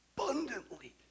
abundantly